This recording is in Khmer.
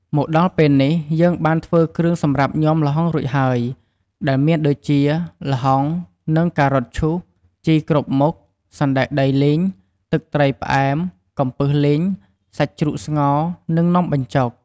មកដល់ពេលនេះ យើងបានធ្វើគ្រឿងសម្រាប់ញាំល្ហុងរួចហើយ ដែលមានដូចជា ល្ហុង និង ការ៉ុតឈូស ជីគ្រប់មុខ សណ្ដែកដីលីង ទឹកត្រីផ្អែម កំពឹសលីង សាច់ជ្រូកស្ងោរ និងនំបញ្ចុក។